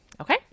okay